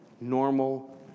normal